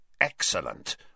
Excellent